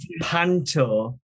Panto